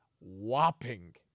whopping